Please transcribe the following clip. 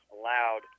allowed